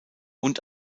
und